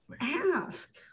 ask